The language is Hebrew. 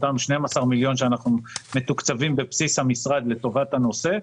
אותם 12 מיליון שקל שאנחנו מתוקצבים בבסיס המשרד לטובת הנושא,